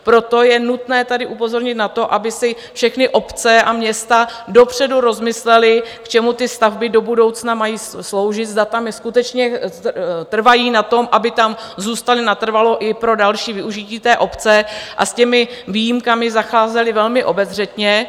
Proto je nutné tady upozornit na to, aby si všechny obce a města dopředu rozmyslely, k čemu ty stavby do budoucna mají sloužit, zda skutečně trvají na tom, aby tam zůstaly natrvalo i pro další využití obce, a s těmi výjimkami zacházeli velmi obezřetně.